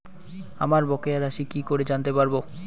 আমার বকেয়া রাশি কি করে জানতে পারবো?